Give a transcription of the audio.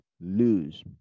lose